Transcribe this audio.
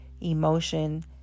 emotion